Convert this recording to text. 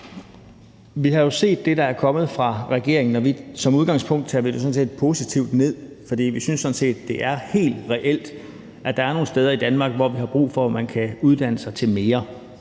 Vi har jo set det, der er kommet fra regeringen, og som udgangspunkt tager vi det sådan set positivt ned, for vi synes sådan set, at det er helt reelt, at der er nogle steder i Danmark, hvor vi har brug for, at man kan uddanne sig til mere.